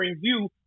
view